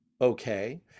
okay